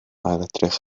ailedrych